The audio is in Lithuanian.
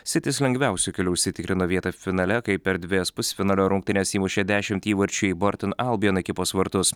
sitis lengviausiu keliu užsitikrino vietą finale kai per dvejas pusfinalio rungtynes įmušė dešimt įvarčių į bortin albien ekipos vartus